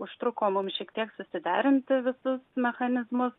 užtruko mums šiek tiek susiderinti visus mechanizmus